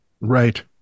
Right